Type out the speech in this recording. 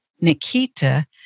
Nikita